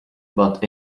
but